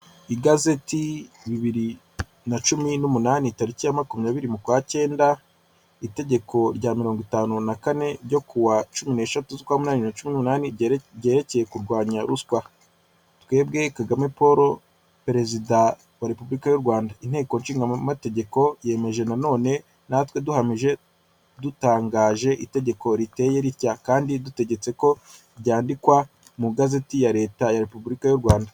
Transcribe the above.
Igazeti bibiri na cumi n'umunanim tariki ya makumyabiri ukwakenda ,itegeko rya mirongo itanu na kane ryo kuwa cumi n'eshatu z' ukwamunani biri na cumi ryerekeye kurwanya ruswa twebwe KAGAMEPaul perezida wa repubulika y'u rwanda inteko ishingama amategeko yemeje na none natwe duhamije kandi dutangaje itegeko riteye ritya kandi dutegetse ko ryandikwa mu igazeti ya leta ya repubulika y'u rwanda.